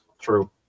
True